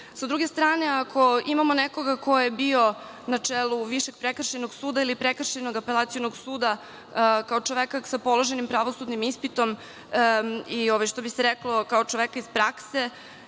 Sa druge strane, ako imamo nekoga ko je bio na čelu Višeg prekršajnog suda ili Prekršajnog apelacionog suda, kao čoveka sa položenim pravosudnim ispitom i, što bi se reklo, kao čoveka iz prakse,